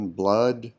blood